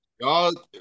y'all